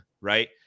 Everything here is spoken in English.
right